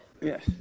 Yes